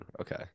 Okay